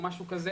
או משהו כזה,